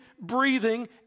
breathing